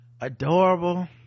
adorable